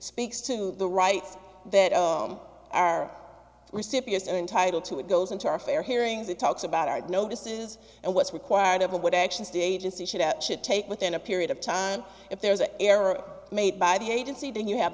speaks to the rights that our recipients are entitled to it goes into our fair hearings it talks about our notices and what's required of a what actions the agency should out should take within a period of time if there's an error made by the agency then you have